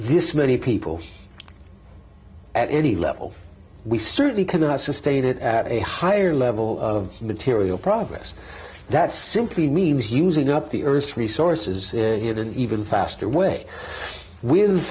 this many people at any level we certainly cannot sustain it at a higher level of material progress that simply means using up the earth's resources had an even faster way w